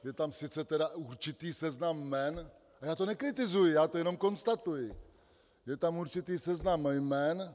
Je tam sice tedy určitý seznam jmen já to nekritizuji, já to jenom konstatuji je tam určitý seznam jmen.